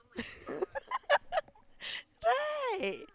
right